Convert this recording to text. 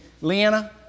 Leanna